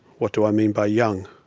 what do i mean by young?